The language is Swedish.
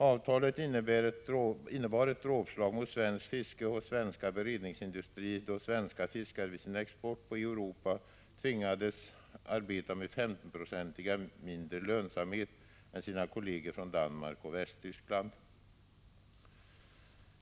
Avtalet innebar ett dråpslag mot svenskt fiske och svensk beredningsindustri, då svenska fiskare vid sin export på Europa tvingades arbeta med 15 96 mindre lönsamhet än sina kolleger från Danmark och Västtyskland.